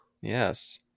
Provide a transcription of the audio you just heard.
Yes